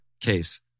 case